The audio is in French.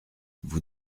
vous